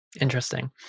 Interesting